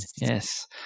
yes